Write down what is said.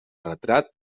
retrat